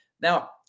Now